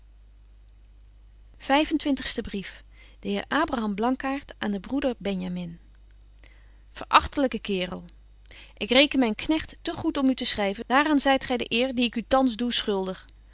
brief de heer abraham blankaart aan den broeder benjamin verachtelyke kaerel ik reken myn knegt te goed om u te schryven daar aan zyt gy de eer die ik u thans doe schuldig